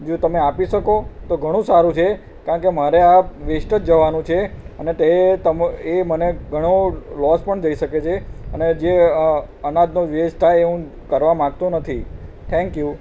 જો તમે આપી શકો તો ઘણું સારું છે કારણ કે મારે આ વેસ્ટ જ જવાનું છે અને તો એ તમે એ મને ઘણો લોસ પણ જઈ શકે છે અને જે અનાજનો વેસ્ટ થાય એ હું કરવા માંગતો નથી થેન્ક યુ